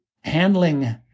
handling